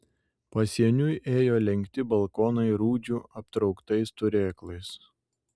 pasieniui ėjo lenkti balkonai rūdžių aptrauktais turėklais